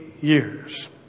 years